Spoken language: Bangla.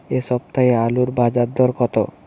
এ সপ্তাহে আলুর বাজার দর কত?